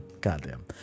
Goddamn